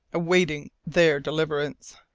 awaiting their deliverance?